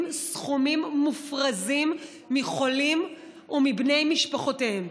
סכומים מופרזים מחולים ומבני משפחותיהם.